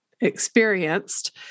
experienced